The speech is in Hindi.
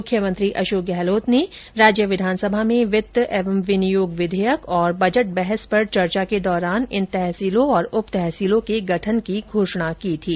मुख्यमंत्री अशोक गहलोत ने राज्य विधानसभा में वित्त एवं विनियोग विधेयक तथा बजट बहस पर चर्चा के दौरान इन तहसीलों और उपतहसीलों के गठन की घोषणा की थी